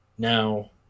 Now